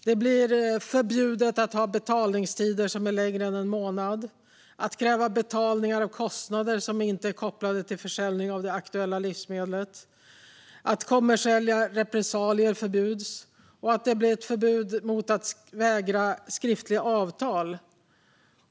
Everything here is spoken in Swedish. Det blir förbjudet att ha betalningstider som är längre än en månad och att kräva betalning av kostnader som inte är kopplade till försäljning av det aktuella livsmedlet. Kommersiella repressalier förbjuds, och det blir ett förbud mot att vägra skriftliga avtal.